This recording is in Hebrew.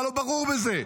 מה לא ברור בזה?